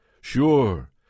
sure